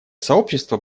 сообщество